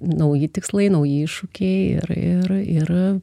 nauji tikslai nauji iššūkiai ir ir ir